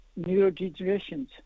neurodegenerations